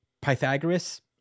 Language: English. Pythagoras